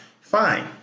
Fine